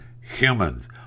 humans